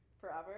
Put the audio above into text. forever